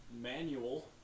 manual